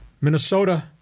Minnesota